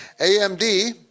AMD